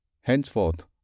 henceforth